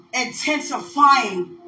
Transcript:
intensifying